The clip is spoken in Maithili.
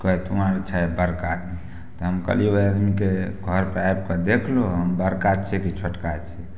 खैर तू छै बड़का आदमी तऽ हम कहलियै ओइ आदमीके घरपर आबि कऽ देखलू हम बड़का छियै कि छोटका छियै